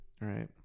right